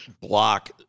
block